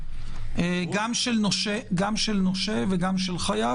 גם של נושה וגם של חייב,